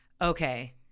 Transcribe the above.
okay